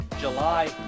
July